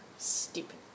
Stupid